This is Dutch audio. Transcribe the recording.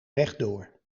rechtdoor